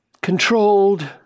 controlled